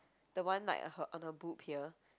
the one like her on her boob here